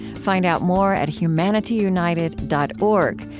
find out more at humanityunited dot org,